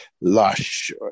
lush